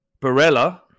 Barella